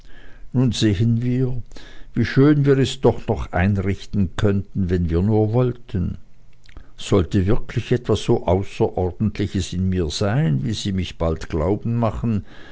nun sehen sie wie schön wir es doch noch einrichten könnten wenn wir nur wollten sollte wirklich etwas so außerordentliches in mir sein wie sie mich bald glauben machen